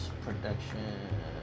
Production